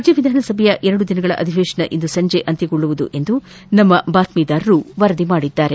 ರಾಜ್ಯ ವಿಧಾನಸಭೆಯ ಎರಡು ದಿನಗಳ ಅಧಿವೇಶನ ಇಂದು ಸಂಜೆ ಅಂತ್ಯಗೊಳ್ಳುವುದು ಎಂದು ನಮ್ಮ ಬಾತ್ತೀದಾರರು ವರದಿ ಮಾಡಿದ್ದಾರೆ